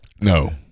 No